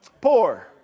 poor